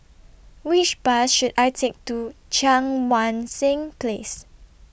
Which Bus should I Take to Cheang Wan Seng Place